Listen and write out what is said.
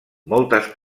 moltes